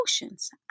emotions